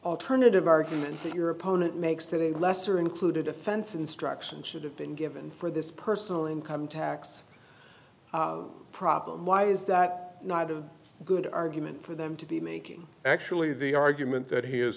alternative argument that your opponent makes that the lesser included offense instruction should have been given for this personal income tax problem why is that not a good argument for them to be making actually the argument that he is